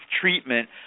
treatment